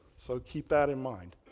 so, keep that in mind.